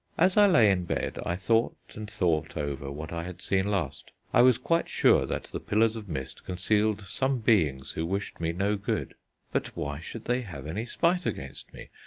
as i lay in bed i thought and thought over what i had seen last. i was quite sure that the pillars of mist concealed some beings who wished me no good but why should they have any spite against me?